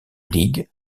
league